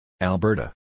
Alberta